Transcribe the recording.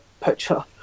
picture